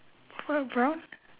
what brown